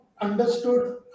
understood